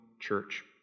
church